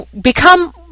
become